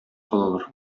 калалар